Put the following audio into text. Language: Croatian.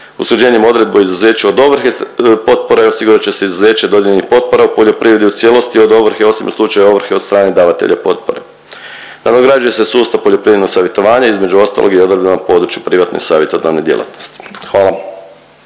razumije./… odredbe o izuzeću od ovrhe potpore osigurat će se izuzeće dodijeljenih potpora u poljoprivredi u cijelosti od ovrhe osim u slučaju ovrhe od strane davatelja potpore. Nadograđuje se sustav poljoprivrednog savjetovanja između ostalog i odredbama u području privatne savjetodavne djelatnosti. Hvala.